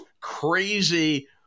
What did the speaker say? crazy